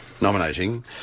nominating